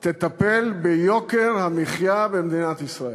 תטפל ביוקר המחיה במדינת ישראל,